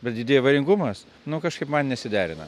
bet didėja avaringumas nu kažkaip man nesiderina